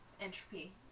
entropy